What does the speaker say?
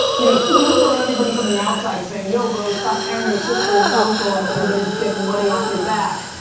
you know, it's easy for everybody from the outside, saying yo bro, stop carrying your sister and your uncle and everybody's getting money off your back,